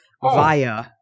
via